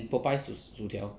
and Popeyes 薯条